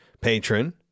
patron